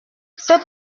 ces